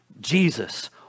Jesus